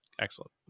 excellent